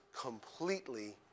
completely